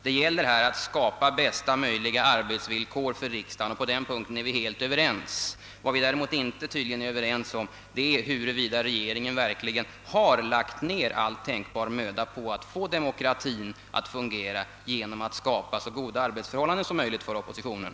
Det gäller här att skapa bästa möjliga arbetsbetsvillkor för riksdagen, och på den punkten är vi helt ense, Vad vi däremot tydligen inte är överens om är huruvida regeringen verkligen har lagt ned all tänkbar möda på att få demokratin att fungera genom att skapa så goda arbetsförhållanden som möjligt för oppositionen.